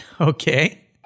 Okay